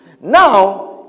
Now